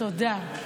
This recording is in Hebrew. תודה.